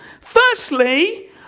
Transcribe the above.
Firstly